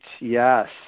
Yes